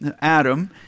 Adam